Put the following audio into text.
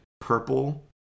purple